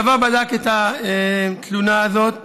הצבא בדק את התלונה הזאת